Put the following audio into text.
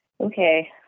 Okay